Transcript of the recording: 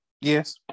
yes